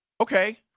Okay